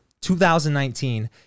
2019